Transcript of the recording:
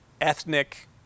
ethnic